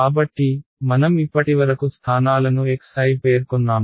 కాబట్టి మనం ఇప్పటివరకు స్థానాలను xi పేర్కొన్నామా